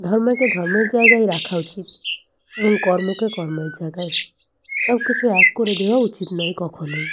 ধর্মকে ধর্মের জায়গায় রাখা উচিত এবং কর্মকে কর্মের জায়গায় সব কিছু এক করে দেওয়া উচিত নয় কখনোই